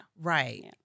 Right